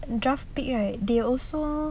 draft pick right they also